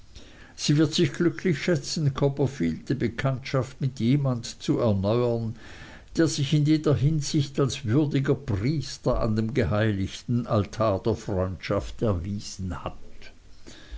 sie wird sich glücklich schätzen copperfield die bekanntschaft mit jemand zu erneuern der sich in jeder hinsicht als würdiger priester an dem geheiligten altar der freundschaft erwiesen hat